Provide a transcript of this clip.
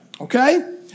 okay